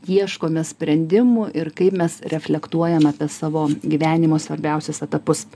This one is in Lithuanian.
ieškome sprendimų ir kaip mes reflektuojam apie savo gyvenimo svarbiausius etapus